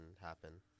happen